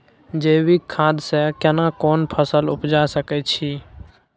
जैविक खाद से केना कोन फसल उपजा सकै छि?